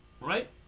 right